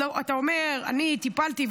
אתה אומר: אני טיפלתי,